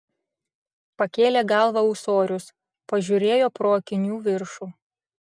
pakėlė galvą ūsorius pažiūrėjo pro akinių viršų